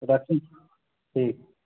रखैत छी ठीक